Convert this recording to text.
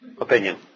opinion